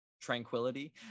tranquility